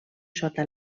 sota